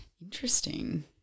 Interesting